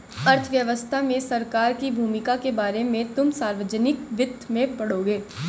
अर्थव्यवस्था में सरकार की भूमिका के बारे में तुम सार्वजनिक वित्त में पढ़ोगे